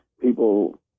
people